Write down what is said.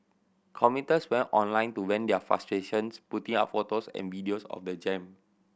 commuters went online to vent their frustrations putting up photos and videos of the jam